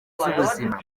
z’ubuzima